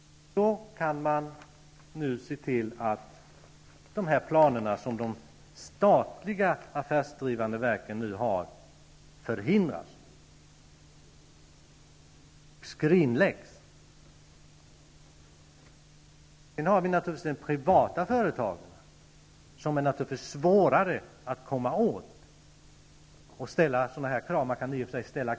Nu kan man alltså se till att det som de statliga affärsdrivande verken planerar att göra verkligen förhindras -- dvs. att deras planer skrinläggs. Sedan har vi de privata företagen. Naturligtvis är det svårare att komma åt dessa och att ställa krav på dem. I och för sig kan krav behöva ställas.